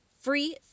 free